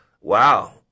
wow